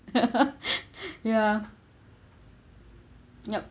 ya yup